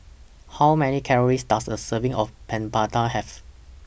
How Many Calories Does A Serving of Papadum Have